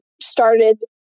started